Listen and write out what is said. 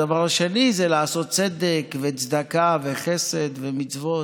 הדבר השני, זה לעשות צדק וצדקה וחסד ומצוות.